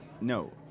no